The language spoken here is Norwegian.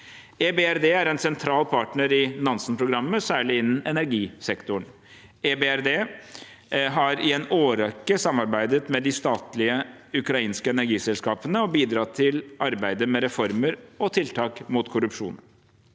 EBRD er en sentral partner i Nansen-programmet, særlig innen energisektoren. EBRD har i en årrekke samarbeidet med de statlige ukrainske energiselskapene og bidratt til arbeidet med reformer og tiltak mot korrupsjon.